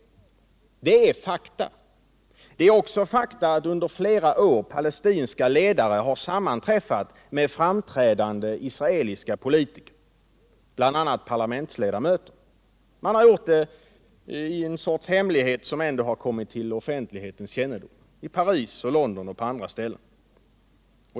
Detta är fakta. Det är också fakta att palestinska ledare under flera år har sammanträffat med framträdande israeliska politiker, bl.a. parlamentsleda möter, Det har gjorts i en sorts hemlighet — som ändå har kommit till offentlighetens kännedom -— i Paris, i London och på andra ställen.